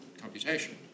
computation